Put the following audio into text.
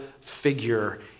figure